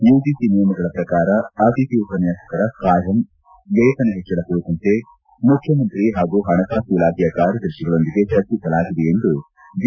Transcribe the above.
UGC ನಿಯಮಗಳ ಪ್ರಕಾರ ಅತಿಥಿ ಉಪನ್ಯಾಸಕರ ಖಾಯಂ ವೇತನ ಹೆಚ್ವಳ ಕುರಿತಂತೆ ಮುಖ್ಚಮಂತ್ರಿ ಹಾಗೂ ಹಣಕಾಸು ಇಲಾಖೆಯ ಕಾರ್ಯದರ್ತಿಯವರೊಂದಿಗೆ ಚರ್ಚಿಸಲಾಗಿದೆ ಎಂದು ಜಿ